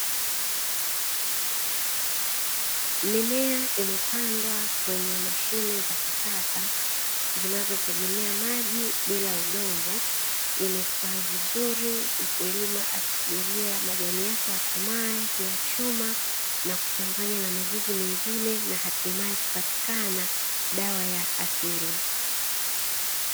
Mimea imepandwa kwenye mashine za kisasa zinazotegemea maji bila udongo imestawi vizuri, mkulima akisubiria majani yake yakomae kuyachuma na kuchanganya na mizizi mingine, na hatimaye kupatikana dawa ya asili.